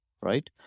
right